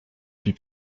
puis